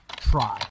try